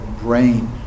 brain